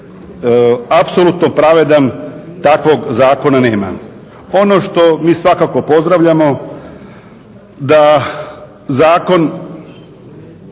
apsolutno pravedan takvog zakona nema. Ono što mi svakako pozdravljamo da zakon